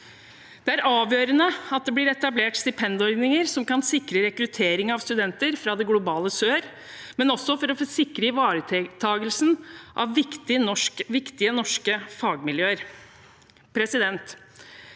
Det er avgjørende at det blir etablert stipendordninger som kan sikre rekruttering av studenter fra det globale sør, men også for å sikre ivaretakelsen av viktige norske fagmiljøer. Innføring